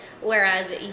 whereas